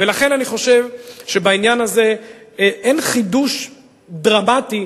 לכן אני חושב שבעניין הזה אין חידוש דרמטי,